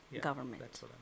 government